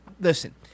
listen